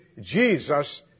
Jesus